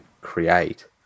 create